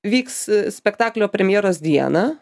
vyks spektaklio premjeros dieną